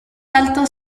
alto